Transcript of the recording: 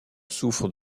souffre